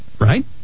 Right